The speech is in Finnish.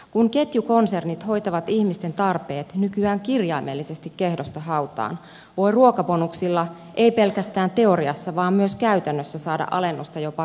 kun ketjukonsernit hoitavat ihmisten tarpeet nykyään kirjaimellisesti kehdosta hautaan voi ruokabonuksilla ei pelkästään teoriassa vaan myös käytännössä saada alennusta jopa ruumisarkusta